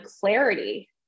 clarity